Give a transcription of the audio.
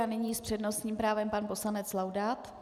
A nyní s přednostním právem pan poslanec Laudát.